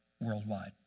worldwide